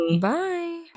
Bye